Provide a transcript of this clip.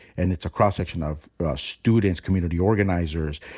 and it's a cross-section of students, community organizers,